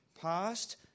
Past